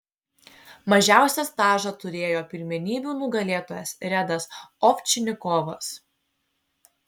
mažiausią stažą turėjo pirmenybių nugalėtojas redas ovčinikovas